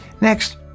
Next